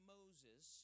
Moses